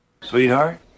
Sweetheart